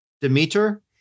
Demeter